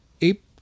ape